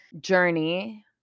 journey